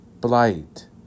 blight